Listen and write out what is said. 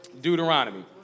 Deuteronomy